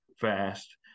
fast